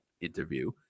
interview